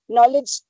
Knowledge